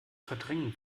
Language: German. verdrängen